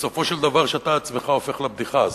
בסופו של דבר אתה עצמך הופך לבדיחה הזאת,